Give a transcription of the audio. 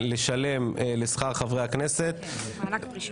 לשלם לשכר חברי הכנסת -- מענק פרישה.